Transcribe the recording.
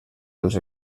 als